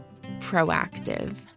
proactive